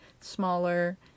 smaller